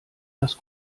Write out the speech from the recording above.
das